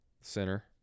center